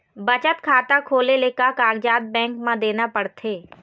बचत खाता खोले ले का कागजात बैंक म देना पड़थे?